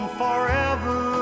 forever